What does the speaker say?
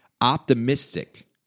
optimistic